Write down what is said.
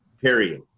period